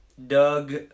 Doug